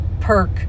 perk